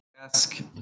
Ask